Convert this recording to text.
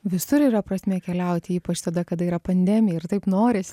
visur yra prasmė keliauti ypač tada kada yra pandemija ir taip noris